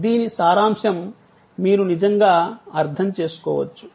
దీని సారాంశం మీరు నిజంగా అర్థం చేసుకోవచ్చు